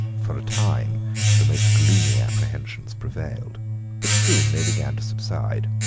for a time the most gloomy apprehensions prevailed but soon they began to subside.